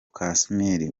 casmir